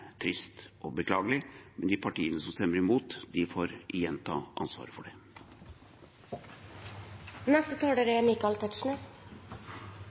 trist og beklagelig. Men de partiene som stemmer imot, får igjen ta ansvaret for